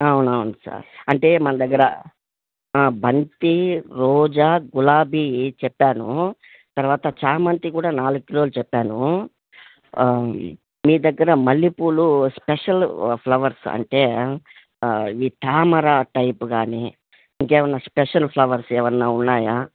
అవునవును సార్ అంటే మన దగ్గర బంతి రోజా గులాబీ చెప్పాను తర్వాత చామంతి కూడా నాలుగు కిలోలు చెప్పాను మీ దగ్గర మల్లెపూలు స్పెషల్ ఫ్లవర్స్ అంటే ఈ తామరా టైప్ కానీ ఇంకా ఏమన్నా స్పెషల్ ఫ్లవర్స్ ఏమన్నా ఉన్నాయా